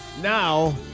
Now